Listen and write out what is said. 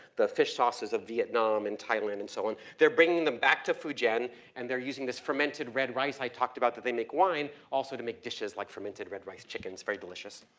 the fish sauces of vietnam and thailand and so on, they're bringing them back to fujian and they're using this fermented red rice i talked that they make wine also to make dishes like fermented red rice chicken. it's very delicious.